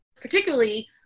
particularly